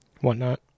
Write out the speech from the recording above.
whatnot